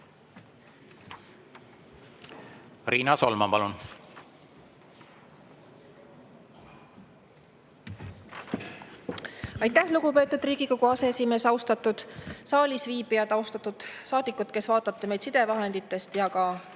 Riina Solman, palun! Aitäh, lugupeetud Riigikogu aseesimees! Austatud saalisviibijad! Austatud saadikud, kes vaatate meid sidevahendite kaudu,